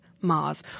Mars